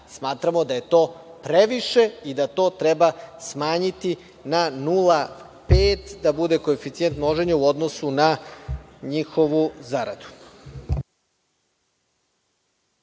Smatramo da je to previše i da to treba smanjiti na 0,5 da bude koeficijent množenja u odnosu na njihovu zaradu.